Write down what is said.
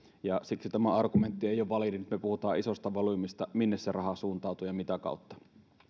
ja siksi tämä argumentti ei ole validi nyt me puhumme isosta volyymista minne se raha suuntautuu ja mitä kautta